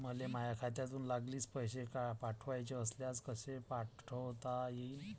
मले माह्या खात्यातून लागलीच पैसे पाठवाचे असल्यास कसे पाठोता यीन?